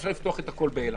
אפשר לפתוח שם הכול,